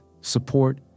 support